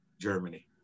Germany